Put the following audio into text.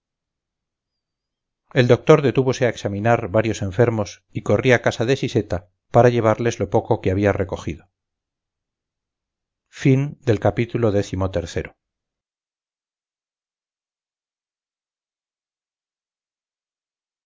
el doctor detúvose a examinar varios enfermos y corrí a casa de siseta para llevarles lo poco que había recogido casi